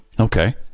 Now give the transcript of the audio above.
Okay